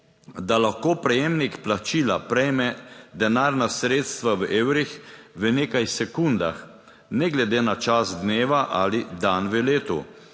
da lahko prejemnik plačila prejme denarna sredstva v evrih v nekaj sekundah, ne glede na čas dneva ali dan v letu.